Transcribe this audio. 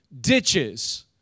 ditches